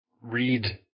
read